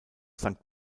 sankt